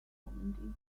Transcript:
normandy